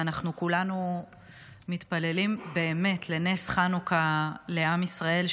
ואנחנו כולנו מתפללים באמת לנס חנוכה לעם ישראל,